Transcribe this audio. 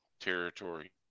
territory